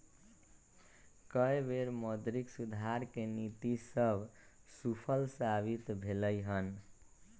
कय बेर मौद्रिक सुधार के नीति सभ सूफल साबित भेलइ हन